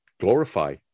glorify